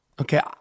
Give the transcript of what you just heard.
okay